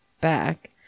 back